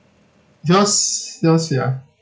yours yours ya